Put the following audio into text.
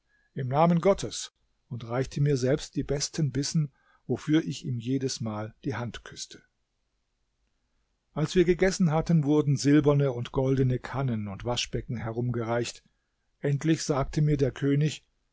im namen gottes und reichte mir selbst die besten bissen wofür ich ihm jedesmal die hand küßte als wir gegessen hatten wurden silberne und goldene kannen und waschbecken herumgereicht endlich sagte mir der könig